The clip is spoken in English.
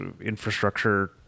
infrastructure